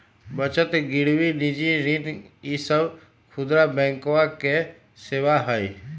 बचत गिरवी निजी ऋण ई सब खुदरा बैंकवा के सेवा हई